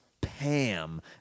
Pam